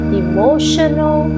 emotional